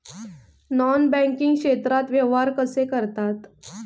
Non banking क्षेत्रात व्यवहार कसे करतात?